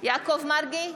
יעקב מרגי,